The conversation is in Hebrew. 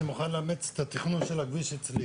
אני מוכן לאמץ את התכנון של הכביש אצלי.